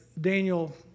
Daniel